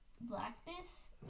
blackness